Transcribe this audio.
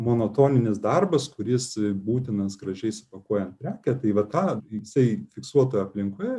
monotoninis darbas kuris būtinas gražiai pakuojant prekę tai va tą jisai fiksuotoje aplinkoje